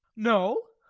no?